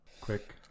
quick